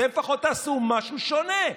אתם לפחות תעשו משהו שונה.